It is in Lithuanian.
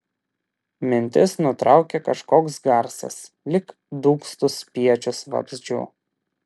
mintis nutraukė kažkoks garsas lyg dūgztų spiečius vabzdžių